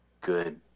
good